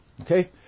Okay